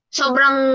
sobrang